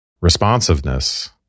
responsiveness